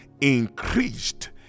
increased